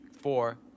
Four